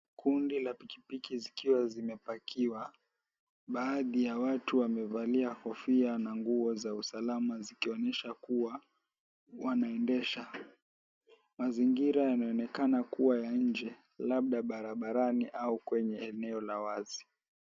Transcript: Kundi la pikipiki zikiwa zimepakiwa. Baadhi ya watu wamevalia kofia na nguo za usalama zikionesha kuwa wanaendesha. Mazingira yanayoonekana kuwa ya nje, labda barabarani au kwenye eneo la wazi.